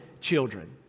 children